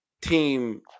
team